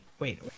Wait